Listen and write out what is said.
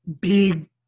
big